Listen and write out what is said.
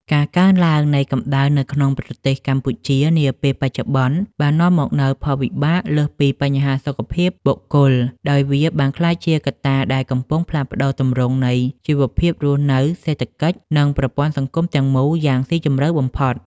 ការកើនឡើងនៃកម្ដៅនៅក្នុងប្រទេសកម្ពុជានាពេលបច្ចុប្បន្ន បាននាំមកនូវផលវិបាកលើសពីបញ្ហាសុខភាពបុគ្គល ដោយវាបានក្លាយជាកត្តាដែលកំពុងផ្លាស់ប្តូរទម្រង់នៃជីវភាពរស់នៅ សេដ្ឋកិច្ច និងប្រព័ន្ធសង្គមទាំងមូលយ៉ាងស៊ីជម្រៅបំផុត។